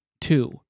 Two